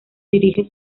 dirige